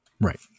right